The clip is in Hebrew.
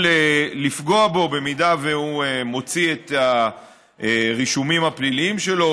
לפגוע בו אם הוא מוציא את הרישומים הפליליים שלו,